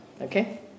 Okay